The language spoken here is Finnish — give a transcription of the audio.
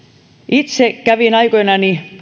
itse kävin aikoinani